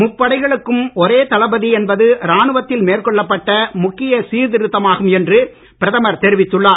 முப்படைகளுக்கும் ஒரே தளபதி என்பது ராணுவத்தில் மேற்கொள்ளப்பட்ட முக்கியச் சீர்திருத்தமாகும் என்று பிரகமர் தெரிவித்துள்ளார்